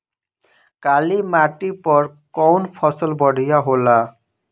काली माटी पर कउन फसल बढ़िया होला?